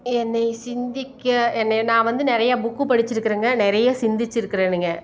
என்னை சிந்திக்க என்னை நான் வந்து நிறையா புக்கு படித்திருக்குறேங்க நிறைய சிந்தித்திருக்குறேனுங்க